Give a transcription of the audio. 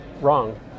wrong